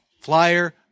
flyer